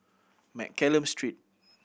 Mccallum Street